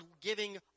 giving